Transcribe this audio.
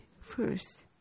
first